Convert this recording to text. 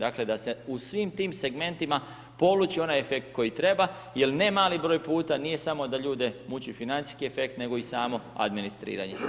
Dakle, da se u svim tim segmentima poluči onaj efekt koji treba, jel ne mali broj puta, nije samo da ljude muči financijski efekt, nego i samo administriranje.